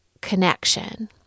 connection